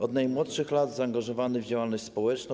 Od najmłodszych lat był zaangażowany w działalność społeczną.